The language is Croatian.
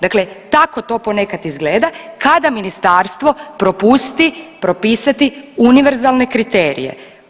Dakle, tako to ponekad izgleda kada ministarstvo propusti propisati univerzalne kriterije.